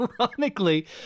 ironically